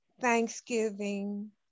thanksgiving